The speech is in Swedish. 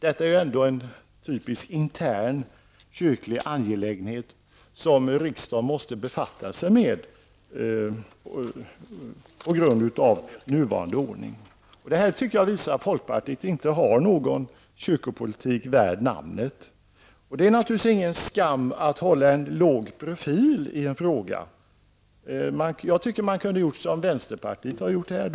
Detta är ju ändå en typisk intern kyrklig angelägenhet, som riksdagen måste befatta sig med på grund av nuvarande ordning. Jag tycker att detta visar att folkpartiet inte har någon kyrkopolitik värd namnet. Det är naturligtvis ingen skam att hålla en låg profil i en fråga. Jag tycker att man kunde ha gjort som vänsterpartiet i denna fråga.